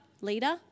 leader